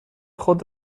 خود